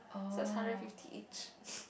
so hundred fifty each